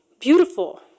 beautiful